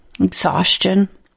Exhaustion